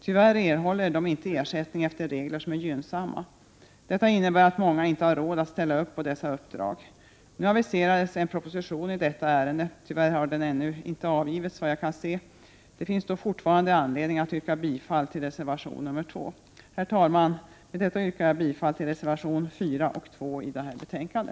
Tyvärr erhåller de inte ersättning efter regler som är gynnsamma. Detta innebär att många inte har råd att ställa upp på dessa uppdrag. Det aviserades en proposition i detta ärende, men tyvärr har den ännu ej avgivits, efter vad jag kan se. Det finns då fortfarande anledning att yrka bifall till reservation nr 2. Herr talman! Med detta yrkar jag bifall till reservationerna 2 och 4 vid detta betänkande.